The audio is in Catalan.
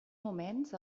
moments